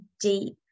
deep